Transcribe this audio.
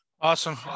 Awesome